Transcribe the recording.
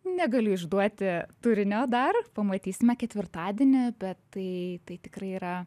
negaliu išduoti turinio dar pamatysime ketvirtadienį bet tai tai tikrai yra